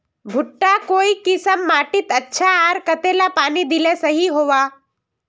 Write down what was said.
भुट्टा काई किसम माटित अच्छा, आर कतेला पानी दिले सही होवा?